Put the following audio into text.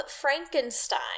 frankenstein